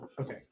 Okay